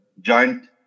giant